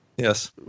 Yes